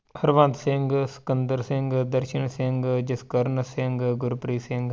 Harbans Singh Sikandar Singh Darshan Singh Jaskaran Singh Gurpreet Singh